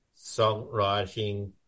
songwriting